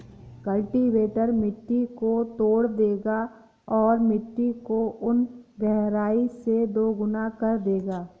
cultivator मिट्टी को तोड़ देगा और मिट्टी को उन गहराई से दोगुना कर देगा